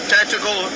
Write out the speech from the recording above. Tactical